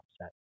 upset